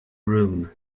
room